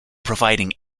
providing